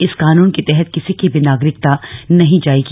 इस कानून के तहत किसी की भी नागरिकता नहीं जाएगी